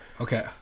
Okay